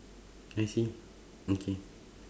I see okay